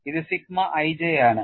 ഇത് sigma ij ആണ്